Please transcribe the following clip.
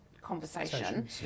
conversation